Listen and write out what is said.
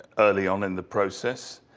early on in the process.